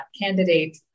candidate